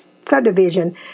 subdivision